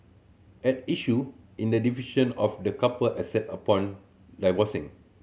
at issue in the division of the couple asset upon divorcing